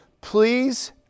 Please